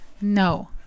No